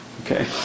Okay